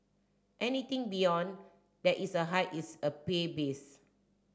anything beyond that is a hike is a babies